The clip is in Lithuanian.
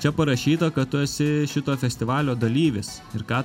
čia parašyta kad tu esi šito festivalio dalyvis ir ką